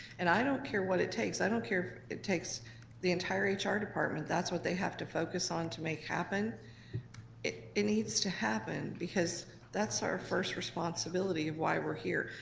and i don't care what it takes. i don't care if it takes the entire ah hr department, that's what they have to focus on to make happen it it needs to happen, because that's our first responsibility of why we're here.